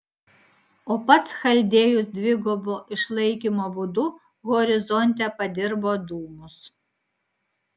o pats chaldėjus dvigubo išlaikymo būdu horizonte padirbo dūmus